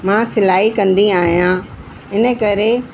मां सिलाई कंदी आहियां इन करे